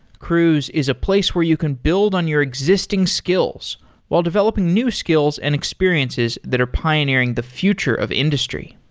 cruise is a place where you can build on your existing skills while developing new skills and experiences that are pioneering the future of industry.